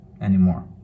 anymore